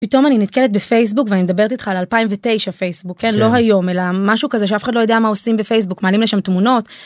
פתאום אני נתקלת בפייסבוק ואני מדברת איתך על 2009 פייסבוק כן לא היום אלא משהו כזה שאף אחד לא יודע מה עושים בפייסבוק מעלים לשם תמונות.